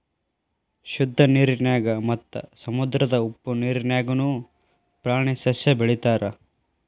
ಶುದ್ದ ನೇರಿನ್ಯಾಗ ಮತ್ತ ಸಮುದ್ರದ ಉಪ್ಪ ನೇರಿನ್ಯಾಗುನು ಪ್ರಾಣಿ ಸಸ್ಯಾ ಬೆಳಿತಾರ